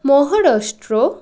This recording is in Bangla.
মহারাষ্ট্র